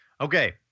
Okay